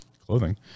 clothing